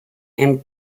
and